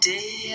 Day